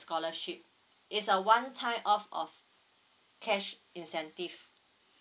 scholarship it's a one time off of cash incentive